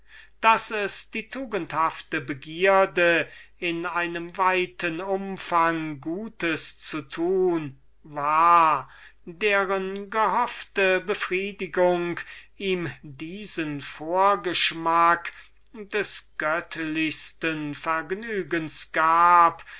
daß es die tugendhafte begierde in einem weiten umfang gutes zu tun war deren gehoffete befriedigung ihm diesen vorschmack des göttlichsten vergnügens gab